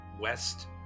west